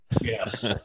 Yes